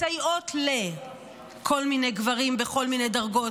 מסייעות לכל מיני גברים בכל מיני דרגות,